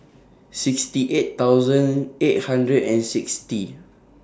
sixty eight thousand eight hundred and sixty